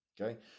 Okay